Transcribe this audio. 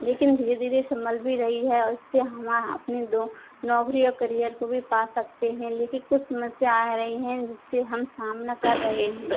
लेकिन धीरे धीरे संभल भी रही है उससे हम अपने दो नौकरी और करियर को भी पा सकते हैं लेकिन कुछ समस्या आ रही हैं जिससे हम सामना कर रहे हैं